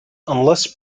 unless